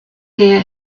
hear